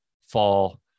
fall